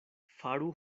faru